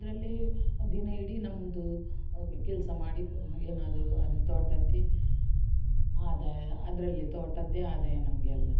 ಅದರಲ್ಲಿ ದಿನ ಇಡೀ ನಮ್ದು ಕೆಲಸ ಮಾಡಿ ಏನಾದರೂ ಅದು ತೋಟದ್ದು ಆದಾಯ ಅದರಲ್ಲಿ ತೋಟದ್ದೇ ಆದಾಯ ನಮಗೆಲ್ಲಾ